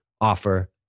offer